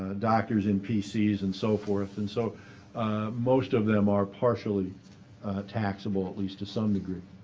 doctors in pcs, and so forth. and so most of them are partially taxable, at least to some degree.